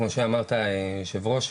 כמו שאמרת היו"ר,